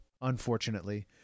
Unfortunately